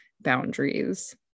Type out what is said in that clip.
boundaries